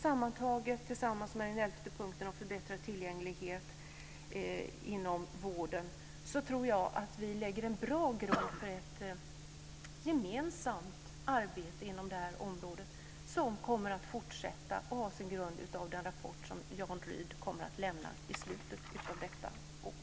Sammantaget, tillsammans med den elfte punkten om förbättrad tillgänglighet inom vården, tror jag att vi lägger en bra grund för ett gemensamt arbete inom det här området som kommer att fortsätta och ha sin grund i den rapport som Jan Rydh kommer att lämna i slutet av detta år.